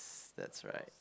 that's right